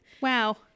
Wow